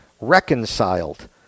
reconciled